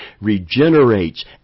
regenerates